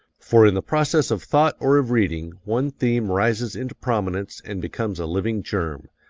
for in the process of thought or of reading one theme rises into prominence and becomes a living germ,